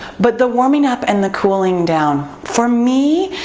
but the warming up and the cooling down. for me,